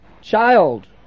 child